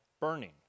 burning